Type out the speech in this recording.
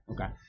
Okay